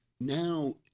now